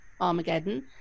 armageddon